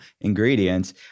ingredients